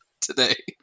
today